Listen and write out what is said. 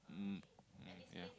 um yeah